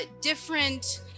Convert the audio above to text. different